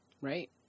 Right